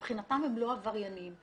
מבחינתם הם לא עבריינים.